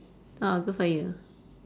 orh good for you